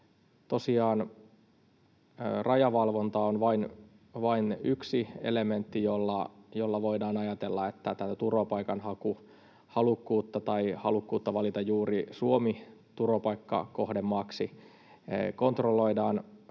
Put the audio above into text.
Tosiaan rajavalvonta on vain yksi elementti, jolla voidaan ajatella, että tätä turvapaikanhakuhalukkuutta tai halukkuutta valita juuri Suomi turvapaikkakohdemaaksi kontrolloidaan,